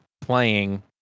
playing